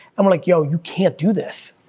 i'm like, yo, you can't do this,